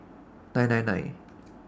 nine nine nine